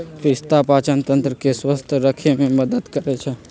पिस्ता पाचनतंत्र के स्वस्थ रखे में मदद करई छई